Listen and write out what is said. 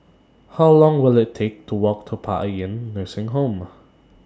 How Long Will IT Take to Walk to Paean Nursing Home